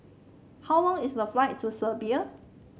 how long is the flight to Serbia